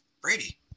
Brady